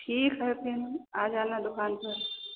ठीक है फिर आ जाना दुकान पर